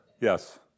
Yes